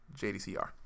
JDCR